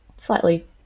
slightly